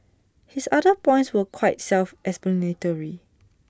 his other points are quite self explanatory